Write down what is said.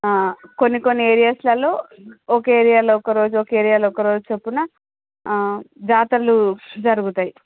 కొన్ని కొన్ని ఏరియాస్లలో ఒక ఏరియాలో ఒక రోజు ఒక ఏరియాలో ఒక రోజు చొప్పున జాతరలు జరుగుతాయి